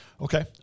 Okay